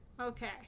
Okay